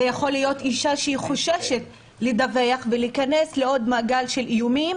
זאת יכולה להיות אישה שחוששת לדווח ולהיכנס לעוד מעגל של איומים